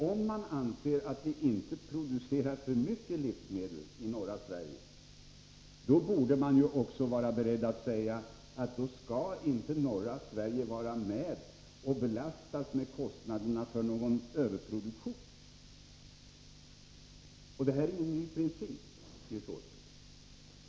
Om man anser att vi inte producerar för mycket livsmedel i norra Sverige borde man också vara beredd att säga att då skall inte norra Sverige belastas med kostnaderna för någon överproduktion. Det här är ingen ny princip, Nils Åsling.